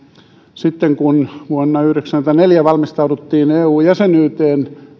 sitten kun vuonna yhdeksänkymmentäneljä valmistauduttiin eu jäsenyyteen